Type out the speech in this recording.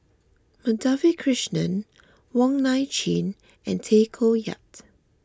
Madhavi Krishnan Wong Nai Chin and Tay Koh Yat